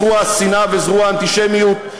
זרוע השנאה וזרוע האנטישמיות.